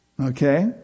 Okay